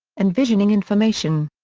envisioning information.